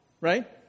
right